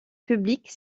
publique